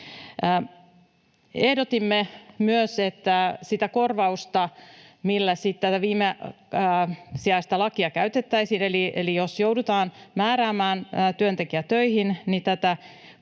Ehdotimme myös, että sitä korvausta, kun tätä viimesijaista lakia käytettäisiin eli jos joudutaan määräämään työntekijä töihin,